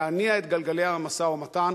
להניע את גלגלי המשא-ומתן,